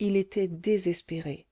il était désespéré